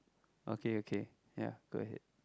okay okay ya go ahead